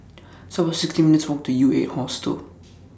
It's about sixty minutes' Walk to Ueight Hostel